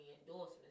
endorsements